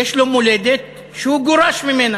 יש לו מולדת שהוא גורש ממנה.